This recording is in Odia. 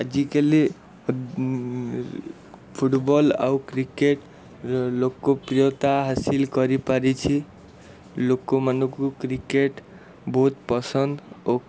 ଆଜିକାଲି ଫୁଟବଲ୍ ଆଉ କ୍ରିକେଟ୍ ଲୋକପ୍ରିୟତା ହାସିଲ କରିପାରିଛି ଲୋକମାନଙ୍କୁ କ୍ରିକେଟ୍ ବହୁତ ପସନ୍ଦ ଓ